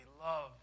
love